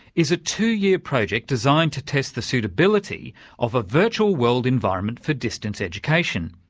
is a two-year project designed to test the suitability of a virtual world environment for distance education.